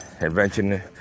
Invention